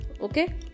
okay